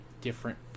different